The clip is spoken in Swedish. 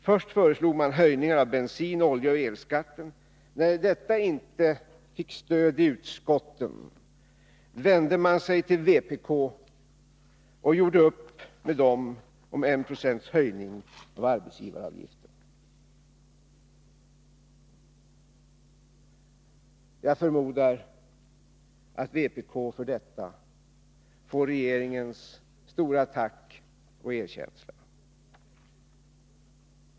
Först föreslog man höjningar av bensin-, oljeoch elskatten. När detta inte fick stöd i riksdagen vände man sig till vpk och gjorde upp med det partiet om 1 96 höjning av arbetsgivaravgiften. Jag förmodar att vpk för detta får regeringens stora tack och erkänsla.